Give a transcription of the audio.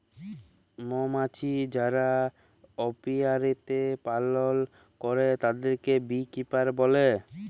মমাছি যারা অপিয়ারীতে পালল করে তাদেরকে বী কিপার বলে